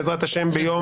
בעזרת השם ביום ראשון.